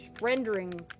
rendering